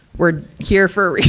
we're here for